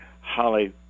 Holly